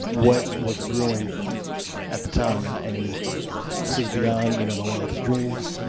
what was brewing at the time. and and this is beyond you know my wildest dreams,